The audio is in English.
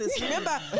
Remember